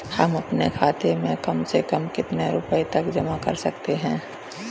हम अपने खाते में कम से कम कितने रुपये तक जमा कर सकते हैं?